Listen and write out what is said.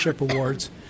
awards